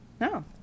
No